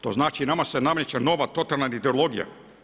To znači nama se nameće nova totalna ideologija.